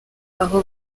aho